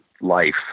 life